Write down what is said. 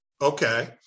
okay